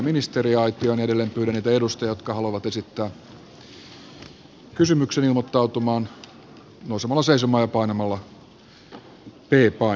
edelleen pyydän niitä edustajia jotka haluavat esittää kysymyksen ilmoittautumaan nousemalla seisomaan ja painamalla p painiketta